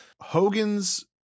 Hogan's